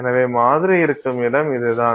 எனவே மாதிரி இருக்கும் இடம் இதுதான்